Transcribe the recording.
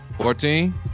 Fourteen